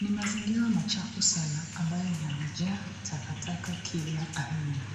Ni mazingira machafu sana, ambayo yamejaa takataka kila aina.